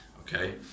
okay